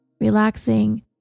relaxing